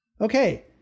Okay